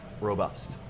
robust